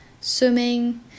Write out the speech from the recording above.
swimming